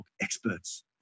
experts